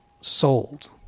Sold